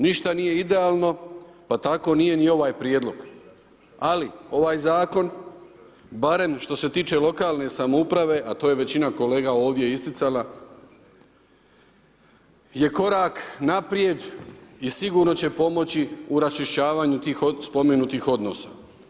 Ništa nije idealno pa tako nije ni ovaj prijedlog, ali ovaj zakon, barem što se tiče lokalne samouprave, a to je većina kolega ovdje isticala, je korak naprijed i sigurno će pomoći u raščišćavanju tih spomenutih odnosa.